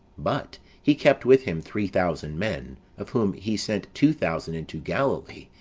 but he kept with him three thousand men of whom he sent two thousand into galilee,